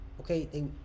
okay